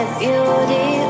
beauty